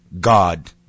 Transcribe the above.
God